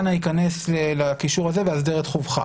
אנא היכנס לקישור הזה והסדר את חובך.